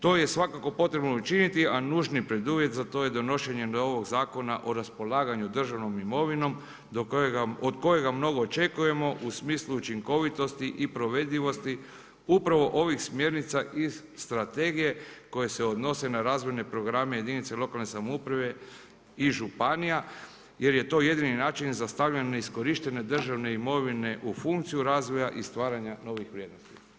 To je svakako potrebno učiniti, a nužni preduvjet za to je donošenje novog Zakona o raspolaganju državnom imovinom od kojega mnogo očekujemo u smislu učinkovitosti i provedivosti upravo ovih smjernica iz strategije koje se odnose na razvojne programe jedinice lokalne samouprave i županija jer je to jedini način za stavljanje neiskorištene državne imovine u funkciju razvoja i stvaranja novih vrijednosti.